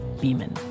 Beeman